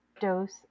dose